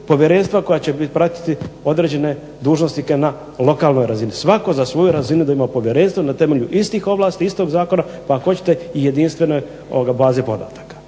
povjerenstva koja će pratiti određene dužnosnike na lokalnoj razini. Svako za svoju razinu da ima povjerenstvo na temelju istih ovlasti, istog zakona, pa ako hoćete i jedinstvene baze podataka.